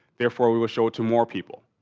therefore we will show it to more people.